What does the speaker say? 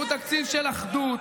והוא תקציב של אחדות,